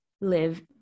live